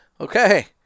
Okay